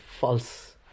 false